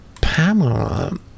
Pamela